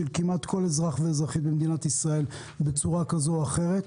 כמעט כל אזרח ואזרחית במדינת ישראל בצורה כזו או אחרת.